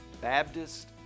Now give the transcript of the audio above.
Baptist